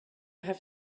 have